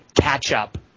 catch-up